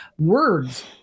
Words